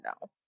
no